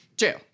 Jail